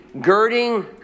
girding